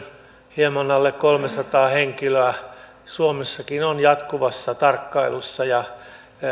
hieman alle kolmesataa henkilöä suomessakin on jatkuvassa tarkkailussa ja